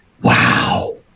wow